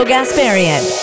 Gasparian